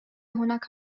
هناك